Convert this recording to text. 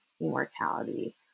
immortality